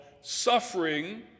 suffering